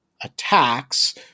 attacks